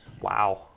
Wow